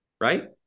Right